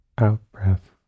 out-breath